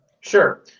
Sure